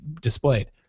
displayed